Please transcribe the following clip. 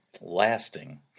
lasting